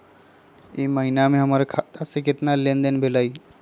ई महीना में हमर खाता से केतना लेनदेन भेलइ?